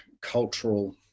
cultural